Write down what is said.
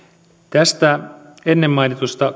tästä kaikesta ennen mainitusta